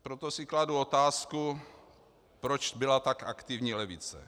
Proto si kladu otázku, proč byla tak aktivní levice.